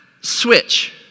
switch